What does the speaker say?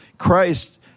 Christ